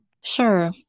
Sure